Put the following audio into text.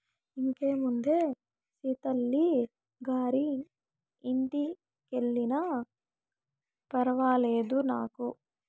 ఇంకేముందే సీతల్లి గారి ఇంటికెల్లినా ఫర్వాలేదు నాకు